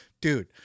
dude